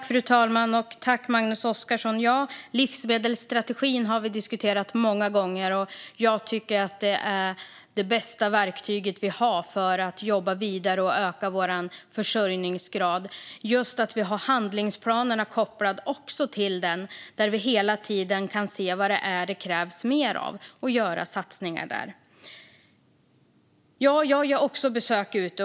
Fru talman! Livsmedelsstrategin har vi diskuterat många gånger. Jag tycker att den är det bästa verktyget vi har för att jobba vidare och öka vår försörjningsgrad. Vi har handlingsplaner som är kopplade till den och kan hela tiden se vad det krävs mer av och göra satsningar där. Jag gör också besök ute.